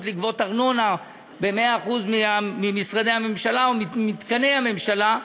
לגבות ארנונה ב-100% ממשרדי הממשלה או ממתקני הממשלה,